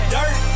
Dirt